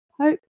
hope